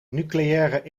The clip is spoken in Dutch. nucleaire